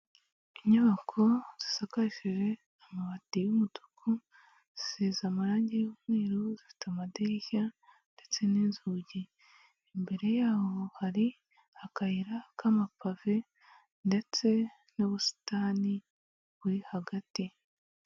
Inyubako zisakarishije amabati y'umutuku, zisize amarangi y'umweru, zifite amadirishya ndetse n'inzugi, imbere yaho hari akayira k'amapave ndetse n'ubusitani buri hagati.